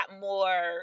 more